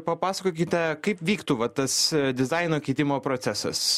papasakokite kaip vyktų va tas dizaino keitimo procesas